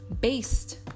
based